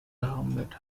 hermit